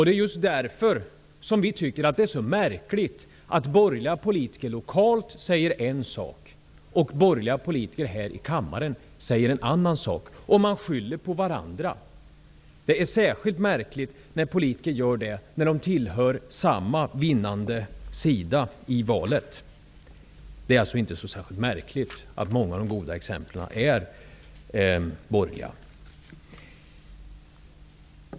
Det är just därför vi tycker att det är så märkligt att borgerliga politiker lokalt säger en sak medan borgerliga politiker här i kammaren säger en annan sak. Man skyller på varandra. Det är särskilt märkligt när politiker som tillhör samma vinnande sida i valet gör det. Det är alltså inte så särskilt märkligt att många av de goda exemplen är borgerliga.